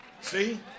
See